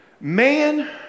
Man